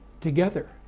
together